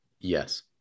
yes